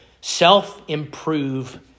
self-improve